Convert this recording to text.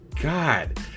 God